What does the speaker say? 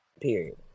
period